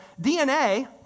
DNA